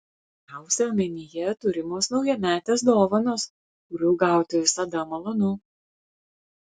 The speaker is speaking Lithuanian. pirmiausia omenyje turimos naujametės dovanos kurių gauti visada malonu